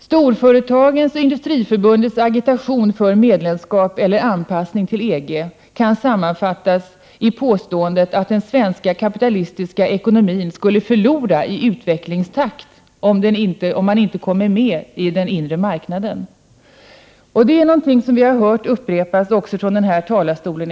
Storföretagens och Industriförbundets agitation för medlemskap eller anpassning till EG kan sammanfattas i påståendet att den svenska kapitalistiska ekonomin skulle förlora i utvecklingstakt om man inte kommer med i den inre marknaden. Detta är någonting som vi i dag hört upprepas också från den här talarstolen.